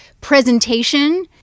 Presentation